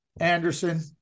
Anderson